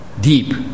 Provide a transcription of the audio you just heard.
deep